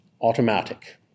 automatic